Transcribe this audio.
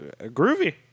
Groovy